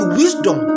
wisdom